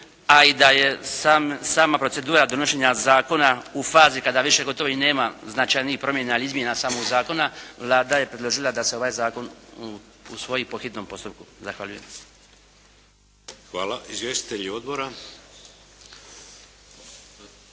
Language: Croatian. a i da je sama procedura donošenja zakona u fazi kada više gotovo i nema značajnijih promjena ili izmjena samog zakona Vlada je predložila da se ovaj zakon usvoji po hitnom postupku. Zahvaljujem. **Šeks, Vladimir